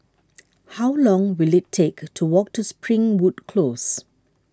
how long will it take to walk to Springwood Close